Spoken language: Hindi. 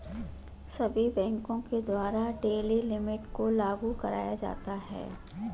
सभी बैंकों के द्वारा डेली लिमिट को लागू कराया जाता है